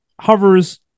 hovers